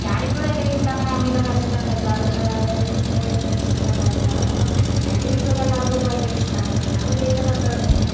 ഞാൻ ഇപ്പളും എൻ്റെ വീട്ടില് അങ്ങനെ അമ്മിയിലൊക്കെ അരച്ചിട്ടാണ് വെക്കാറ് അതായത് ചിക്കൻ പൊടിയൊന്നും മേടിച്ചിട്ടൊന്നും അല്ല വെക്കാറ് അപ്പം എൻ്റെ വീട്ടിലൊക്കെ എല്ലാവർക്കും അത് ഭയങ്കര ഇഷ്ട്ടമാണ് അപ്പം ഞാൻ ഉപയോഗിക്കുന്ന തന്ത്രം അതുതന്നെയാണ്